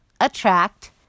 attract